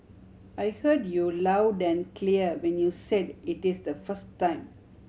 I heard you loud and clear when you said it is the first time